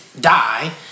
die